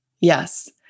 Yes